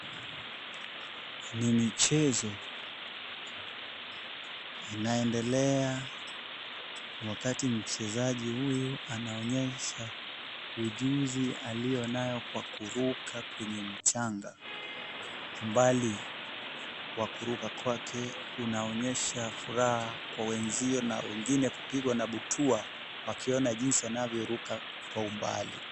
Ni michezo inaendelea, wakati mchezaji huyu anaonyesha ujuzi aliyonayo kwa kuruka kwenye mchanga, bali kwa kuruka kwake kunaonyesha furaha kwa wenzio, na wengine kupigwa na butwa, wakiona jinsi anavyoruka kwa umbali.